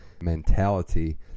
mentality